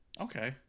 Okay